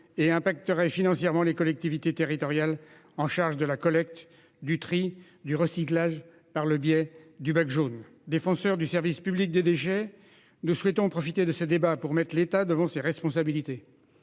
un impact financier sur les collectivités territoriales chargées de la collecte, du tri et du recyclage des papiers par le biais du bac jaune. Défenseurs du service public des déchets, nous souhaitons profiter de ce débat pour mettre l'État devant ses responsabilités.